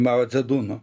mao džedūnu